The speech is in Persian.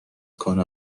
کنه